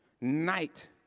night